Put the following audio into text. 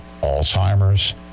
alzheimer's